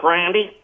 Randy